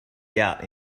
doubt